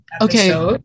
okay